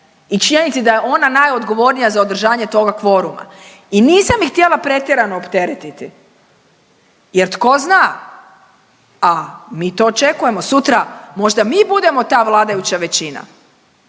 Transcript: i činjenici da je ona najodgovornija za održanje toga kvoruma i nisam ih htjela pretjerano opteretiti jer tko zna, a mi to očekujemo, sutra možda mi budemo ta vladajuća većina